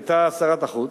היתה שרת החוץ,